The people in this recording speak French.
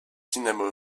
dinamo